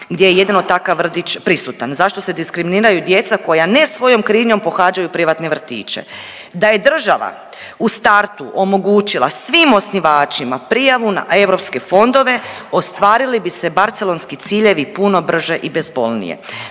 jedino je jedino takav vrtić prisutan, zašto se diskriminiraju djeca koja ne svojom krivnjom pohađaju privatne vrtiće? Da je država u startu omogućila svim osnivačima prijavu na EU fondove, ostvarili bi se Barcelonski ciljevi puno brže i bezbolnije.